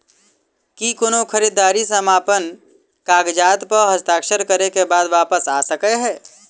की कोनो खरीददारी समापन कागजात प हस्ताक्षर करे केँ बाद वापस आ सकै है?